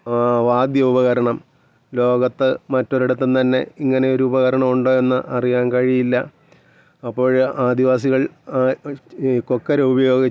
ഇങ്ങനെ തോന്നിയതിനു ശേഷം ഞാനതിങ്ങനെ ഒരുപാട് നേരം വാച്ച് ചെയ്തു അത് കുറേ നേരം ഒബ്സ്ര്വ് ചെയ്തു കഴിഞ്ഞപ്പോഴത്തേനു ശേഷം എനിക്ക് മനസ്സിലായി ആ പിക്ച്ചറിലെന്തോ ആഴത്തിലുള്ള എന്തോ ഒരു അര്ത്ഥം ഉണ്ട്